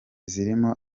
zirimo